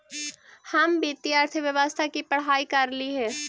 हम वित्तीय अर्थशास्त्र की पढ़ाई करली हे